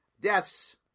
deaths